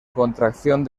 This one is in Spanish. contracción